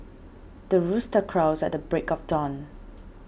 the rooster crows at the break of dawn